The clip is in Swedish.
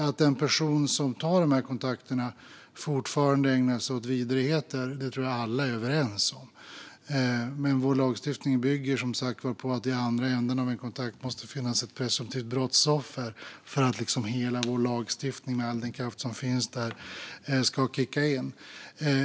Att den person som tar de här kontakterna fortfarande ägnar sig åt vidrigheter tror jag att alla är överens om. Men vår lagstiftning bygger som sagt på att det i andra änden av en kontakt måste finnas ett presumtivt brottsoffer för att vår lagstiftning med all den kraft som finns där ska kicka in.